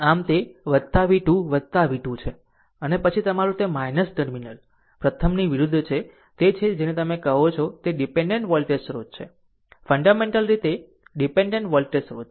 આમ તે v2 v2 છે અને પછી તમારું તે ટર્મિનલ પ્રથમની વિરુદ્ધ છે તે તે છે જેને તમે કહો છો તે ડીપેન્ડેન્ટ વોલ્ટેજ સ્રોત છે ફન્ડામેન્ટલ રીતે ડીપેન્ડેન્ટ વોલ્ટેજ સ્રોત છે